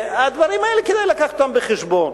הדברים האלה, כדאי להביא אותם בחשבון.